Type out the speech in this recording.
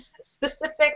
specific